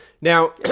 Now